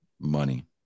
Money